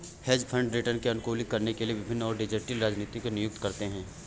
hedge fund return को अनुकूलित करने के लिए विभिन्न और जटिल रणनीतियों को नियुक्त करते हैं